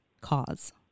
cause